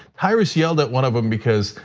tyrus yelled at one of them because,